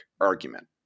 argument